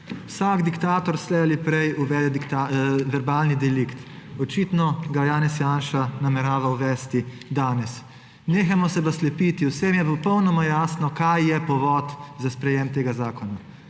Vsak diktator slej ali prej uvede verbalni delikt. Očitno ga Janez Janša namerava uvesti danes. Nehajmo se pa slepiti, vsem je popolnoma jasno, kaj je povod za sprejetje tega zakona.